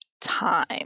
time